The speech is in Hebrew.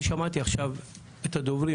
אני שמעתי עכשיו את הדוברים